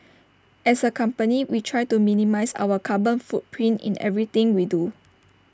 as A company we try to minimise our carbon footprint in everything we do